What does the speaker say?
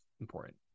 important